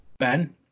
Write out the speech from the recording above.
Ben